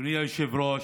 אדוני היושב-ראש,